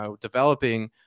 developing